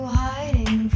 hiding